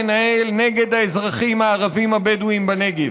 א-טורי, אדם מבוגר,